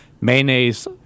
mayonnaise